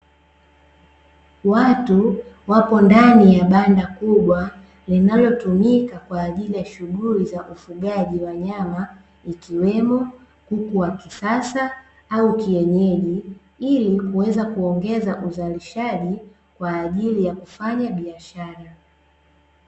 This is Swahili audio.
Watu wapo ndani ya banda kubwa, linalotumika kwa ajili ya shughuli za ufugaji wa nyama ikiwemo: kuku wa kisasa au kienyeji, ili kuweza kuongeza uzalishaji, kwa ajili ya kufanya biashara.